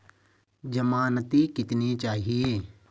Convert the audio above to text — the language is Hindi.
ज़मानती कितने चाहिये?